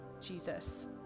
Jesus